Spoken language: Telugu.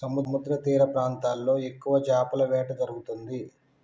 సముద్రతీర ప్రాంతాల్లో ఎక్కువ చేపల వేట జరుగుతుంది